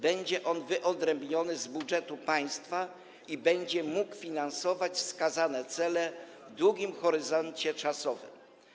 Będzie on wyodrębniony z budżetu państwa i będzie mógł finansować wskazane cele w długim horyzoncie czasowym.